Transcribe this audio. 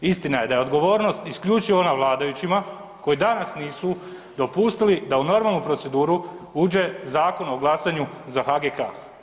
Istina je da je odgovornost isključivo na vladajućima koji danas nisu dopustili da u normalnu proceduru uđe Zakon o glasanju za HGK.